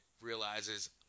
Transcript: realizes